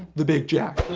the big jack.